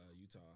Utah